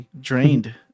drained